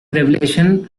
revelation